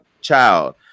child